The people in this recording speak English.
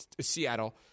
Seattle